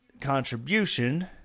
contribution